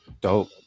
dope